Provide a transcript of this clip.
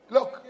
Look